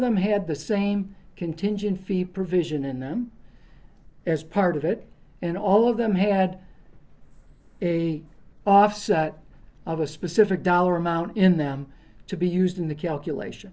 them had the same contingent fee provision in them as part of it and all of them had a offset of a specific dollar amount in them to be used in the calculation